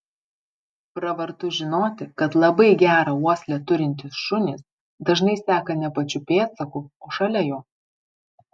pravartu žinoti kad labai gerą uoslę turintys šunys dažnai seka ne pačiu pėdsaku o šalia jo